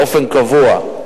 באופן קבוע.